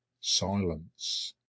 Silence